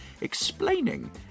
explaining